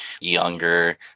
younger